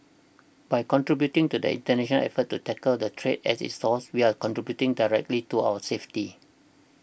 by contributing to the international effort to tackle the threat at its source we are contributing directly to our safety